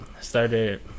Started